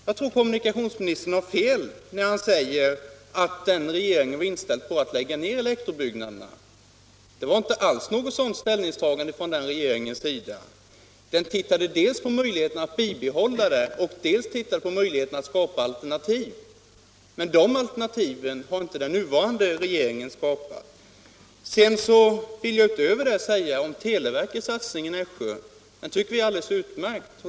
Jag tror att kommunikationsministern har fel när han säger att den regeringen var inställd på att lägga ned elektrobyggnaderna. Det fanns inte alls något sådant ställningstagande från den gamla regeringens sida. Den tittade dels på möjligheten att bibehålla dem, dels på möjligheten att skapa alternativ. Men de alternativen har inte den nuvarande regeringen skapat. Sedan vill jag utöver det säga att vi tycker att televerkets satsning i Nässjö är alldeles utmärkt.